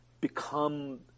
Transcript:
become